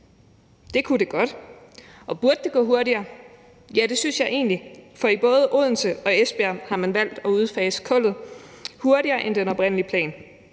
det kunne det godt. Og burde det gå hurtigere? Ja, det synes jeg egentlig, for både i Odense og Esbjerg har man valgt at udfase kullet hurtigere end ifølge den oprindelige plan.